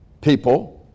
people